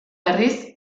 berriz